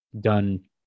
done